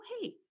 hey